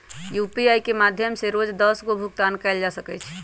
UPI के माध्यम से रोज दस गो भुगतान कयल जा सकइ छइ